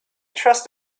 trust